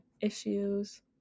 issues